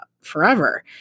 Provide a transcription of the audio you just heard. forever